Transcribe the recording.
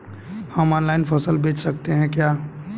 हम ऑनलाइन फसल बेच सकते हैं क्या?